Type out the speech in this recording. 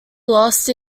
lost